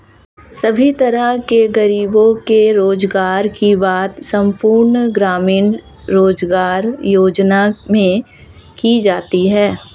सभी तरह के गरीबों के रोजगार की बात संपूर्ण ग्रामीण रोजगार योजना में की जाती है